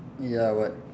ya what